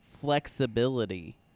flexibility